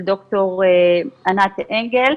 -- של ד"ר ענת אנגל.